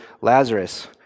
Lazarus